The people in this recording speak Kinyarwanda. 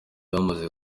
bamaze